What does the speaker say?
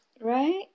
Right